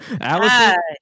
Allison